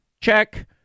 Check